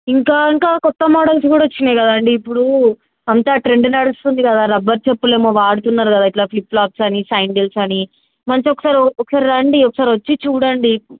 ఇంకా ఇంకా కొత్త మోడల్స్ కూడా వచ్చినయి కదా అండి ఇప్పుడు అంతా ట్రెండ్ నడుస్తుంది కదా రబ్బర్ చెప్పులేమో వాడుతున్నారు కదా ఇట్లా ఫ్లిప్ఫ్లాప్స్ అని సైడిల్స్ అని మంచి ఒకసారి ఒకసారి రండి ఒకసారి వచ్చి చూడండి